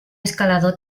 escalador